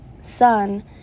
son